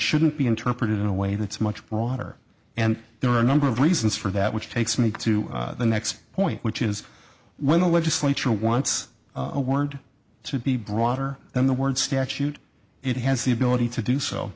shouldn't be interpreted in a way that's much broader and there are a number of reasons for that which takes me to the next point which is when the legislature wants a word to be broader than the word statute it has the ability to do so